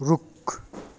रुख